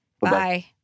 Bye